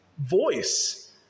voice